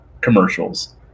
commercials